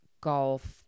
golf